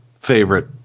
favorite